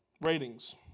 ratings